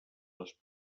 les